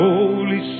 Holy